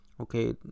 okay